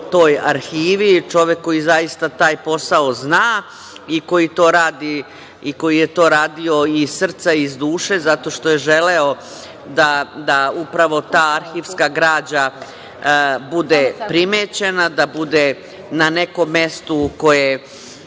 toj arhivi, čovek koji zaista taj posao zna i koji je to radio iz srca i iz duše, zato što je želeo da upravo ta arhivska građa bude primećena, da bude na nekom mestu gde